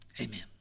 amen